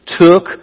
took